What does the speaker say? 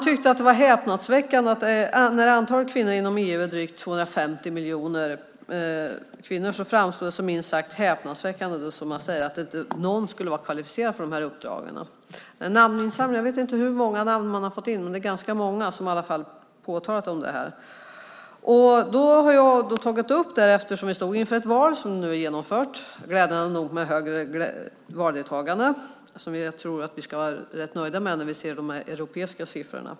Eftersom antalet kvinnor inom EU är drygt 250 miljoner tyckte man att det framstod som minst sagt häpnadsväckande att ingen skulle vara kvalificerad för de här uppdragen. Jag vet inte hur många namn man har fått in, men det är ganska många som har påtalat detta. Jag har tagit upp detta eftersom vi stod inför ett val, som nu är genomfört, glädjande nog med ett högre valdeltagande. Vi ska nog vara rätt nöjda med det när vi ser de europeiska siffrorna.